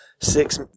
six